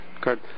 Good